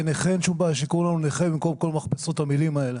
כנכה אין שום בעיה שיקראו לנו נכה במקום כל מכבסות המילים האלה